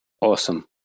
Awesome